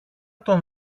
τον